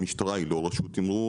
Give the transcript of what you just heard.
המשטרה היא לא רשות תמרור.